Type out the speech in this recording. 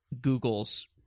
Google's